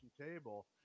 table